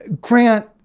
Grant